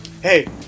hey